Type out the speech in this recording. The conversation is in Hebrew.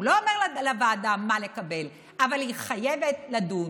הוא לא אומר לוועדה מה לקבל, אבל היא חייבת לדון.